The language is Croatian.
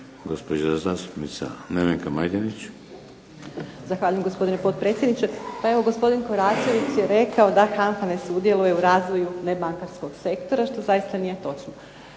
gospodin Koračević je rekao da HANFA ne sudjeluje u razvoju nebankarskog sektora što zaista nije točno.